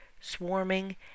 swarming